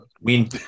win